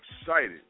excited